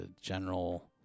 general